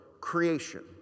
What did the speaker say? creation